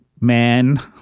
man